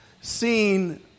seen